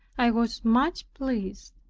i was much pleased.